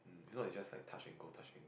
this is not like just touch and go touch and